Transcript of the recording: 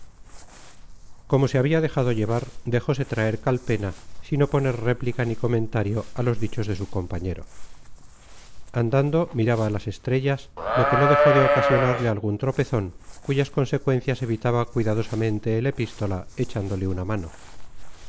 como se había dejado llevar dejose traer calpena sin oponer réplica ni comentario a los dichos de su compañero andando miraba a las estrellas lo que no dejó de ocasionarle algún tropezón cuyas consecuencias evitaba cuidadosamente el epístola echándole una mano